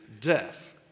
death